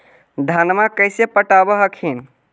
धन्मा कैसे पटब हखिन?